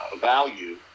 value